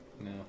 No